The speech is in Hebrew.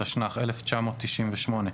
התשנ"ח-1998,